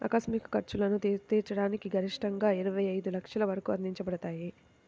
ఆకస్మిక ఖర్చులను తీర్చడానికి గరిష్టంగాఇరవై ఐదు లక్షల వరకు అందించబడతాయి